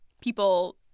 people